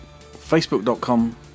facebook.com